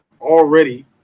already